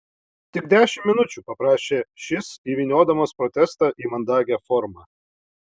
tik dešimt minučių paprašė šis įvyniodamas protestą į mandagią formą